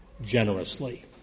generously